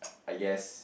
I guess